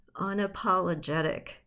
unapologetic